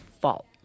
fault